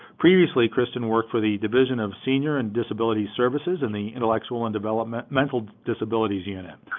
previously, kristin worked for the division of senior and disability services, in the intellectual and developmental disabilities unit.